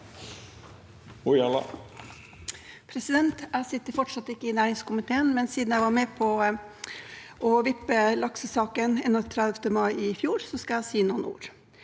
Jeg sitter fortsatt ikke i næringskomiteen, men siden jeg var med på å vippe laksesaken 31. mai i fjor, skal si jeg si noen ord.